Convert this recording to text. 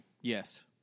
Yes